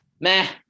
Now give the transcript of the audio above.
Meh